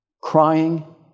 crying